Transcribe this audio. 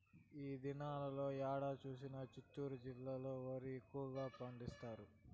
ఈ దినాల్లో ఏడ చూసినా చిత్తూరు జిల్లాలో వరి ఎక్కువగా పండిస్తారు